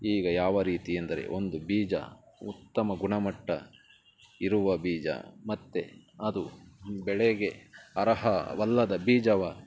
ಈಗ ಯಾವ ರೀತಿ ಎಂದರೆ ಒಂದು ಬೀಜ ಉತ್ತಮ ಗುಣಮಟ್ಟ ಇರುವ ಬೀಜ ಮತ್ತು ಅದು ಬೆಳೆಗೆ ಅರ್ಹವಲ್ಲದ ಬೀಜವು